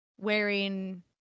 wearing